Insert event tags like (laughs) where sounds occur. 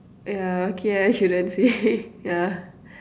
yeah okay I shouldn't say (laughs) yeah